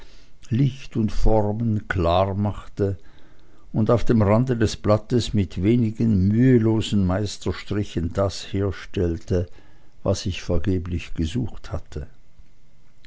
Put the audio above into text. licht und formen klarmachte und auf dem rande des blattes mit wenigen mühlosen meisterstrichen das herstellte was ich vergeblich gesucht hatte